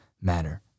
matter